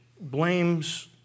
blames